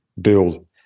build